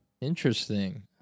Interesting